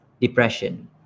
depression